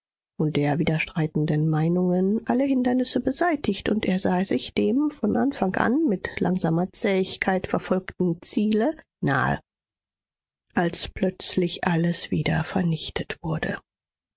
und der widerstreitenden meinungen alle hindernisse beseitigt und er sah sich dem von anfang an mit langsamer zähigkeit verfolgten ziele nahe als plötzlich alles wieder vernichtet wurde